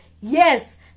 Yes